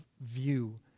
view